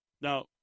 Now